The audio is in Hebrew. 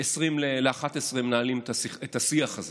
22:40 מנהלים את השיח הזה.